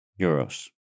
euros